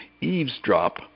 eavesdrop